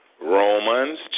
Romans